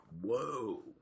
whoa